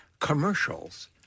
commercials